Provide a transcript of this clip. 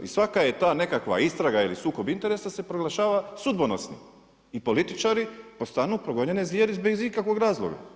I svaka ta nekakva istraga ili sukob interesa se proglašava sudbonosnim i političari postaju progonjene zvijeri bez ikakvog razloga.